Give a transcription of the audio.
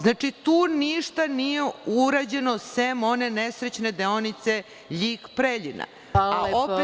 Znači, tu ništa nije urađeno sem one nesrećne deonice LJig-Preljina.